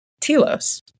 telos